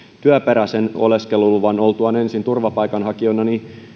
työperäisen oleskeluluvan oltuaan ensin turvapaikanhakijoina